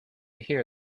hear